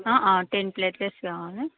ten plates కావాలి